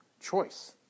choice